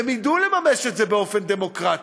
ואם הם ידעו לממש את זה באופן דמוקרטי.